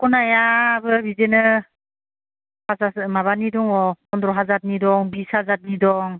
दख'ना याबो बिदिनो माबानि दं फन्द्र हाजारनि दं बिस हाजारनि दं